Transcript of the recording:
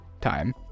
time